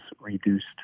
reduced